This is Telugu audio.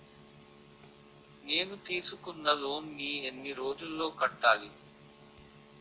నేను తీసుకున్న లోన్ నీ ఎన్ని రోజుల్లో కట్టాలి?